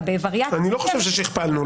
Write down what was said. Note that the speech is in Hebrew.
בווריאציה אחרת --- אני לא חושב ששכפלנו.